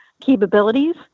capabilities